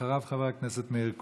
אחריו, חבר הכנסת מאיר כהן.